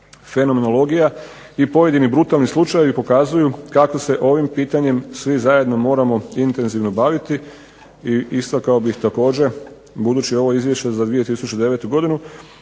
fenomenologija i pojedini brutalni slučajevi pokazuju kako se ovim pitanjem svi zajedno moramo intenzivno baviti. I istakao bih također, budući je ovo izvješće za 2009. godinu,